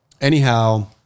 Anyhow